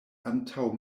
antaŭ